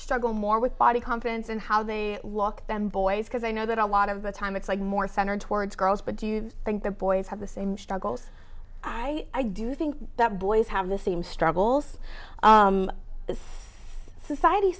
struggle more with body confidence and how they look them boys because i know that a lot of the time it's like more centered towards girls but do you think the boys have the same struggles i i do think that boys have the same struggles that society